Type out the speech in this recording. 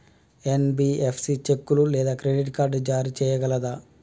NBFC చెక్కులు లేదా credit card జారీ చేయగలదా?